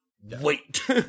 Wait